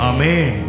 Amen